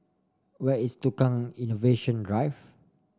where is Tukang Innovation Drive